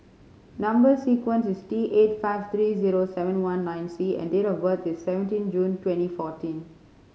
number sequence is T eight five three zero seven one nine C and date of birth is seventeen June twenty fourteen